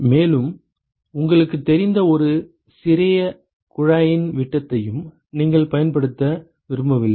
மேலும் உங்களுக்குத் தெரிந்த ஒரு சிறிய குழாயின் விட்டத்தையும் நீங்கள் பயன்படுத்த விரும்பவில்லை